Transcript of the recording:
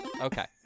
Okay